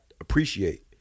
appreciate